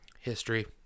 history